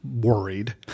worried